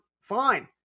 fine